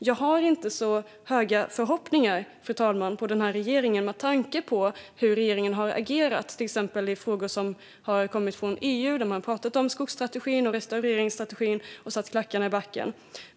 Jag har, fru talman, inte så höga förhoppningar på regeringen med tanke på hur den har agerat, till exempel i frågor som har kommit från EU. När det har pratats om skogsstrategin och restaureringsstrategin har man satt klackarna i backen.